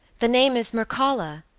the name is mircalla,